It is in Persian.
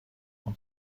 اون